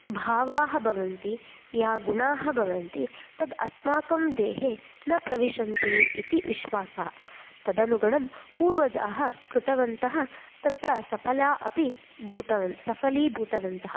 भावाः भवन्ति ये गुणाः भवन्ति तद् अस्माकं देहे न प्रविशन्ति इति विश्वासः तदनुगुणं पूर्वजाः कृतवन्तः तत्र सफला अपि भूतवन् सफलीभूतवन्तः